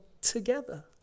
together